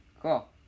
Cool